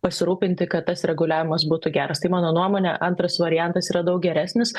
pasirūpinti kad tas reguliavimas būtų geras tai mano nuomone antras variantas yra daug geresnis